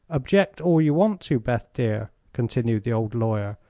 object all you want to, beth, dear, continued the old lawyer,